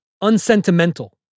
unsentimental